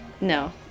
No